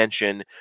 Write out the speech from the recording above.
attention